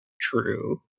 true